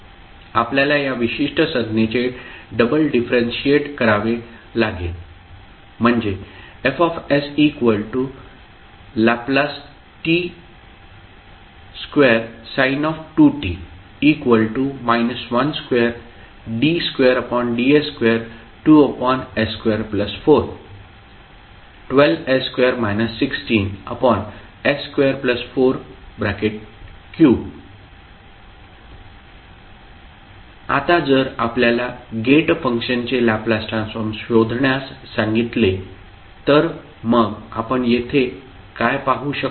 आपल्याला या विशिष्ट संज्ञेचे डबल डिफरंशिएट करावे लागेल म्हणजे Fs L t2sin2t 12d2ds22s2412s2 16s243 आता जर आपल्याला गेट फंक्शनचे लॅपलास ट्रान्सफॉर्म शोधण्यास सांगितले तर मग आपण येथे काय पाहू शकतो